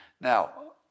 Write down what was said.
Now